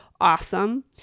awesome